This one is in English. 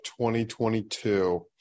2022